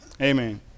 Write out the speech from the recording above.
Amen